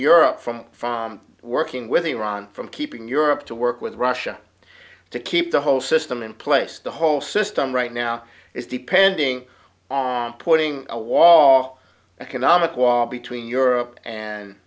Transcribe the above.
europe from working with iran from keeping europe to work with russia to keep the whole system in place the whole system right now is depending on putting a wall economic wall between europe